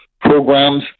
programs